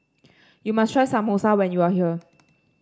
you must try Samosa when you are here